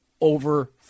over